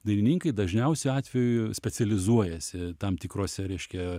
dainininkai dažniausiu atveju specializuojasi tam tikrose reiškia